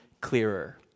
clearer